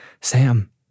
Sam